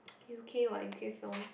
u_k what u_k film